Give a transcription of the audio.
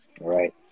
right